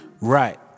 Right